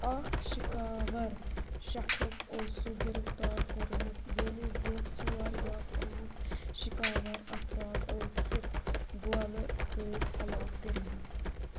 اکھ شِکاوَر شخص اوسُکھ گرفتار کوٚرمُت ییٚلہِ زِ ژور یا پانٛژھ شِکاوَر افراد ٲسِکھ گولہٕ سۭتۍ ہلاک کٔرۍمٕتۍ